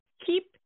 keep